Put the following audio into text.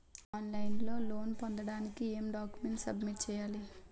On line లో loan పొందటానికి ఎం డాక్యుమెంట్స్ సబ్మిట్ చేయాలి?